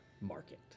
market